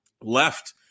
left